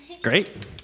Great